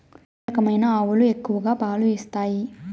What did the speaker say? ఏ రకమైన ఆవులు ఎక్కువగా పాలు ఇస్తాయి?